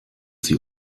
sie